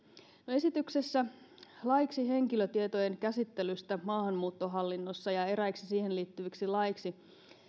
esityksessä laiksi henkilötietojen käsittelystä maahanmuuttohallinnossa ja eräiksi siihen liittyviksi laeiksi